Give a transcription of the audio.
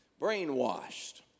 brainwashed